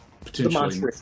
potentially